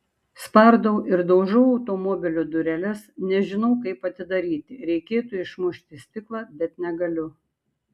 spardau ir daužau automobilio dureles nežinau kaip atidaryti reikėtų išmušti stiklą bet negaliu